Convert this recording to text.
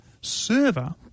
server